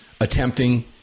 attempting